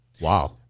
Wow